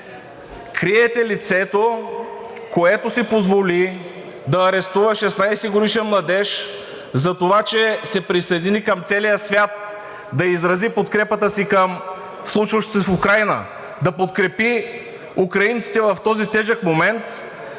Криете лицето, което си позволи да арестува 16-годишен младеж затова, че се присъедини към целия свят да изрази подкрепата си към случващото се в Украйна, да подкрепи украинците в този тежък момент.